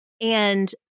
And-